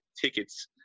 tickets